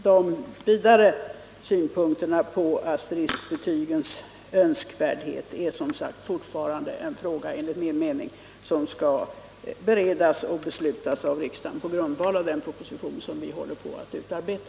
De vidare synpunkterna på asteriskbetygens önskvärdhet är som sagt fortfarande en fråga som enligt min mening skall beredas och beslutas av riksdagen på grundval av den proposition som vi håller på att utarbeta.